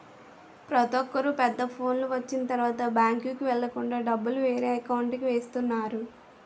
ప్రతొక్కరు పెద్ద ఫోనులు వచ్చిన తరువాత బ్యాంకుకి వెళ్ళకుండా డబ్బులు వేరే అకౌంట్కి వేస్తున్నారు